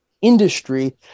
industry